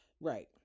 right